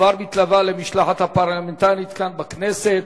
וכבר מתלווה למשלחת הפרלמנטרית כאן בכנסת.